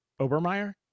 Obermeyer